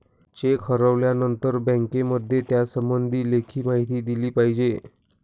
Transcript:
check हरवल्यानंतर बँकेमध्ये त्यासंबंधी लेखी माहिती दिली पाहिजे